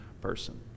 person